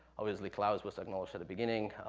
obviously, clouse was acknowledged at the beginning.